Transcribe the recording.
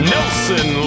Nelson